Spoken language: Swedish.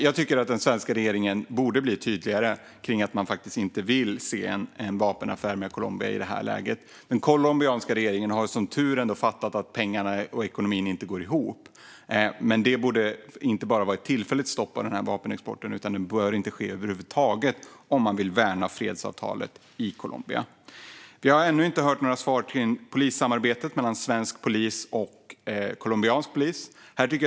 Jag tycker att den svenska regeringen borde bli tydligare med att man inte vill se en vapenaffär med Colombia i detta läge, och som tur är har den colombianska regeringen fattat att ekonomin inte går ihop. Men det borde inte bara vara ett tillfälligt stopp för denna vapenexport. Om man vill värna fredsavtalet bör den inte ske över huvud taget. Jag har ännu inte fått något svar om samarbetet mellan svensk och colombiansk polis.